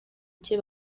cye